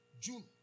June